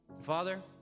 Father